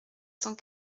cent